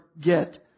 get